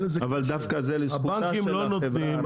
אבל זה דווקא לזכותה של החברה הערבית.